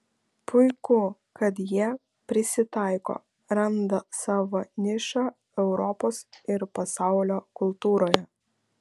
puiku kad jie prisitaiko randa savo nišą europos ir pasaulio kultūroje